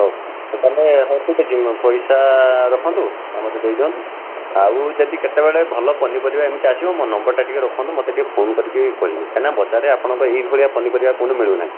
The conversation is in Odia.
ହଉ ତା' ହେଲେ ହଉ ଠିକ୍ ଅଛି ପଇସା ରଖନ୍ତୁ ଆଉ ମତେ ଦେଇଦିଅନ୍ତୁ ଆଉ ଯଦି କେତେବେଳେ ଭଲ ପନିପରିବା ଏମିତି ଆସିବ ମୋ ନମ୍ବରଟା ଟିକିଏ ରଖନ୍ତୁ ମତେ ଟିକିଏ ଫୋନ୍ କରିକି କହିବେ କାହିଁକି ନା ବଜାରରେ ଆପଣଙ୍କ ଏଇ ଭଳିଆ ପନିପରିବା କେଉଁଠି ମିଳୁନାହିଁ